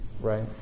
right